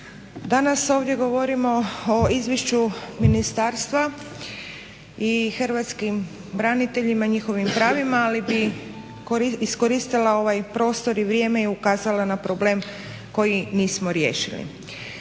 Danas ovdje govorio o izvješću ministarstva i hrvatskim braniteljima, njihovim pravima, ali bi iskoristila ovaj prostor i vrijeme i ukazala na problem koji nismo riješili.